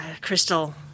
Crystal